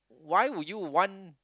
why would you want